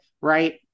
right